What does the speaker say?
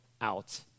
out